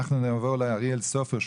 אנחנו נעבור לאריאל סופר,